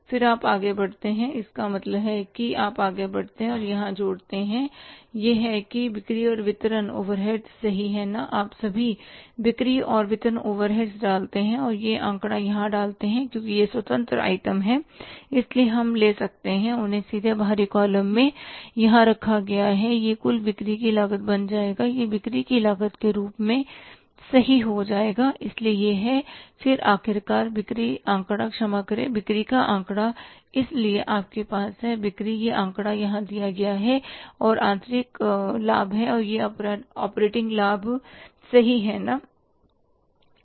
फिर आप आगे बढ़ते हैं तो इसका मतलब है कि आप आगे बढ़ते हैं और यहां जोड़ते हैं यह है कि बिक्री और वितरण ओवरहेड्स सही हैं ना आप सभी बिक्री और वितरण ओवरहेड्स डालते हैं और यह आंकड़ा यहां डालते हैं या क्योंकि ये स्वतंत्र आइटम हैं इसलिए हम ले सकते हैं उन्हें सीधे बाहरी कॉलम में यहाँ रखा गया है और यह कुल बिक्री की लागत बन जाएगा यह बिक्री की लागत के रूप में सही हो जाएगा इसलिए यह है और फिर आखिरकार बिक्री आंकड़ा क्षमा करें बिक्री का आंकड़ा इसलिए आपके पास है बिक्री यह आंकड़ा यहां दिया गया है और ऑपरेटिंग लाभ है यह ऑपरेटिंग लाभ है सही है ना